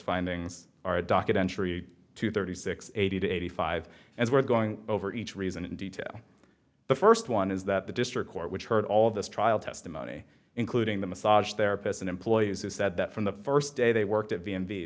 findings our docket entry to thirty six eighty to eighty five as we're going over each reason in detail the first one is that the district court which heard all this trial testimony including the massage therapist and employees is that from the first day they worked at the end the